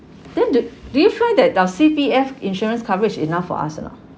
then do do you find that the C_P_F insurance coverage enough for us or not